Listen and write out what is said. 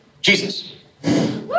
Jesus